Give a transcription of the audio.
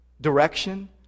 direction